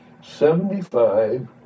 Seventy-five